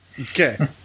okay